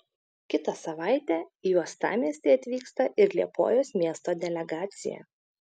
kitą savaitę į uostamiestį atvyksta ir liepojos miesto delegacija